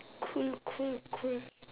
cool cool cool